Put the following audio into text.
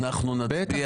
מי נגד?